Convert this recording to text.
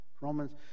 Romans